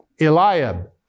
Eliab